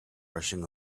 rushing